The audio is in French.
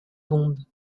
bombe